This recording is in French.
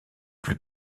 plus